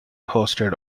hosted